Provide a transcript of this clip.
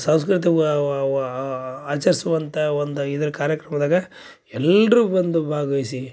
ಸಾಂಸ್ಕೃತಿಕ ಆಚರಿಸುವಂಥ ಒಂದು ಇದ್ರ ಕಾರ್ಯಕ್ರಮದಾಗ ಎಲ್ಲರೂ ಬಂದು ಭಾಗ್ವಹ್ಸಿ